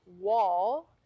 wall